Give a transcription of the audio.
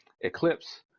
eclipse